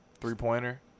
Three-pointer